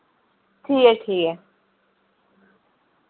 ठीक ऐ ठीक ऐ